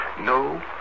no